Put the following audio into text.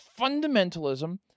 fundamentalism